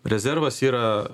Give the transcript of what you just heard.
rezervas yra